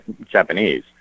Japanese